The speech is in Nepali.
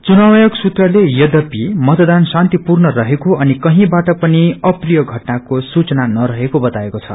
चुनाव आयोग सूत्रले ययपि मतदान शान्तिपूर्ण रहेको अनि कहीबाट पनि अप्रिय घटनाको सूचना नरहेको बताएको छ